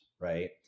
right